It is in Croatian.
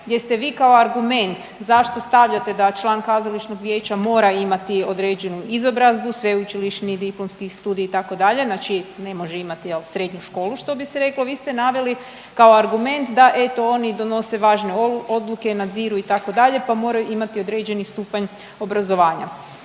gdje ste vi kao argument zašto stavljate da član Kazališnog vijeća mora imati određenu izobrazbu, sveučilišni i diplomski studij itd. Znači ne može imati srednju školu što bi se reklo. Vi ste naveli kao argument da eto oni donose važne odluke, nadziru itd. pa moraju imati određeni stupanj obrazovanja.